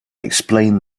explained